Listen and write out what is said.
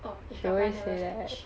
orh if papa never fetch